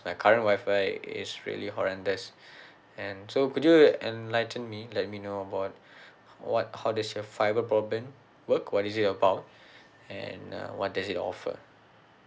my current wi-fi is really horrendous and so could you enlighten me let me know about what how does your fibre broadband work what is it about and uh what does it offer